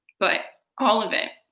but all of it.